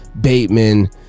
Bateman